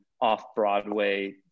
off-Broadway